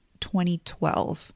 2012